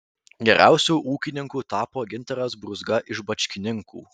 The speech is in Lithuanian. geriausiu ūkininku tapo gintaras brūzga iš bačkininkų